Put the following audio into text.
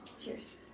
Cheers